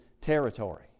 territory